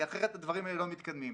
כי אחרת הדברים האלה לא מתקדמים.